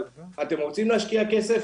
אתם רוצים להשקיע כסף?